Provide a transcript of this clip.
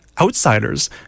outsiders